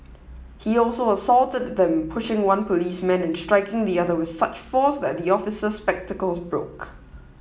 he also assaulted them pushing one policeman and striking the other with such force that the officer's spectacles broke